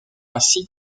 ainsi